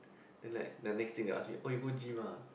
then like next things he ask me oh you go gym ah